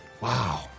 Wow